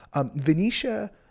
Venetia